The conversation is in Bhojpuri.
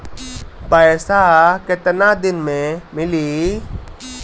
पैसा केतना दिन में मिली?